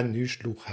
n nu sloeg